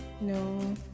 No